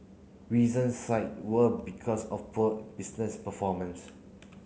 reasons cite were because of poor business performance